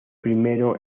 primero